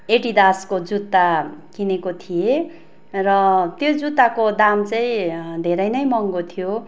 एडिडासको जुत्ता किनेको थिएँ र त्यो जुत्ताको दाम चाहिँ धेरै नै महँगो थियो